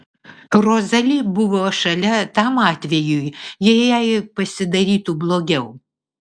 rozali buvo šalia tam atvejui jei jai pasidarytų blogiau